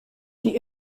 die